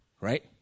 right